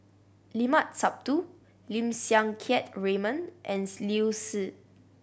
Limat Sabtu Lim Siang Keat Raymond and Liu Si